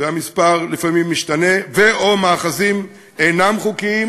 והמספר לפעמים משתנה, או מאחזים, אינם חוקיים